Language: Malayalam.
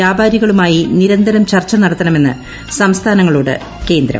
വ്യാപാരികളുമായി നിരന്തരം ചർച്ച നടത്തണമെന്ന് സംസ്ഥാനങ്ങളോട് കേന്ദ്രം